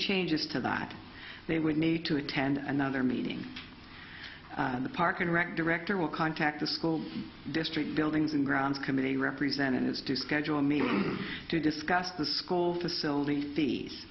changes to that they would need to attend another meeting in the park and rec director will contact the school district buildings and grounds committee representatives to schedule a meeting to discuss the school facility fees